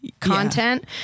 content